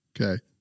Okay